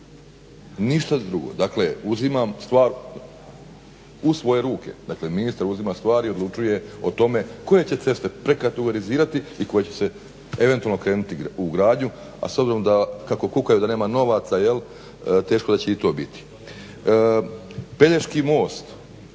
Ništa drugo. Dakle, uzimam stvar u svoje ruke. Dakle, ministar uzima stvari i odlučuje o tome koje će ceste prekategorizirati i koje će se eventualno krenuti u gradnju, a s obzirom da kako kukaju da nema novaca jel' teško da će i to biti. Pelješki most